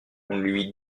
lui